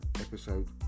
episode